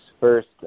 first